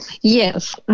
Yes